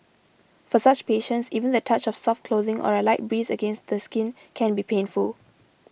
for such patients even the touch of soft clothing or a light breeze against the skin can be painful